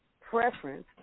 preference